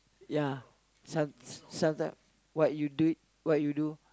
ya some sometime what you do it what you do